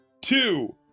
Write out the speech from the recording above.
two